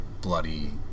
bloody